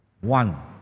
One